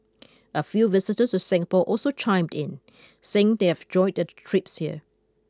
a few visitors to Singapore also chimed in saying they've enjoyed their trips here